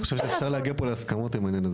אני חושב שאפשר להגיע פה להסכמות עם העניין הזה,